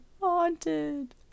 haunted